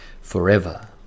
forever